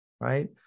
right